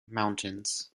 mountains